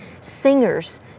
singers